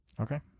Okay